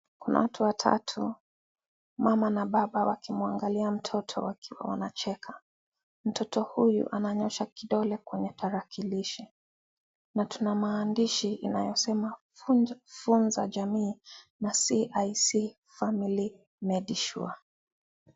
Kuna watu watatu, mama na Baba wakimwangalia mtoto wakiwa wanacheka. Mtoto huyu ananyosha kidole kwenye tarakilishi na tuna maandishi inayosema "Funza jamii na CIC Family Made Sure".